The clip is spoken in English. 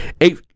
eight